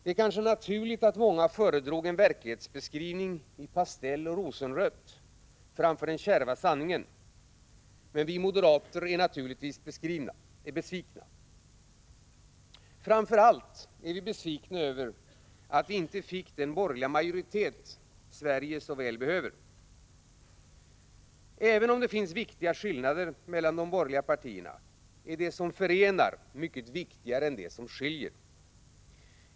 Det är kanske naturligt att många föredrog en verklighetsbeskrivning i pastell och rosenrött framför den kärva sanningen, men vi moderater är naturligtvis besvikna. Framför allt är vi besvikna över att vi inte fick den borgerliga majoritet Sverige så väl behöver. Även om det finns viktiga skillnader mellan de borgerliga partierna, är det som förenar mycket viktigare än det som skiljer.